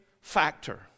factor